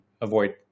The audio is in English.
avoid